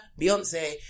Beyonce